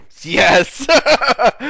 yes